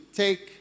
take